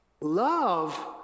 love